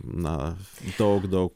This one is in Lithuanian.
na daug daug